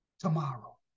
tomorrow